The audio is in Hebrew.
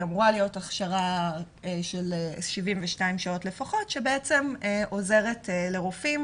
היא אמורה להיות הכשרה של 72 שעות לפחות שבעצם עוזרת לרופאים